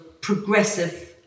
progressive